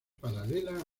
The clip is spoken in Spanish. paralela